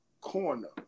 corner